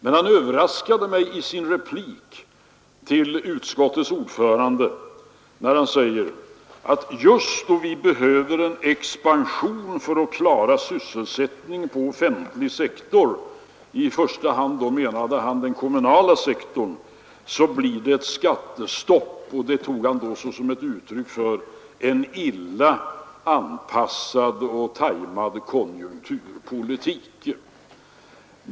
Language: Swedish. Men han överraskade mig genom att i sin replik till utskottets ordförande säga att just när vi behöver en expansion för att klara sysselsättningen på den offentliga sektorn — han menade då i första hand den kommunala sektorn — blir det ett skattestopp. Det tog han som ett uttryck för en illa anpassad konjunkturpolitik.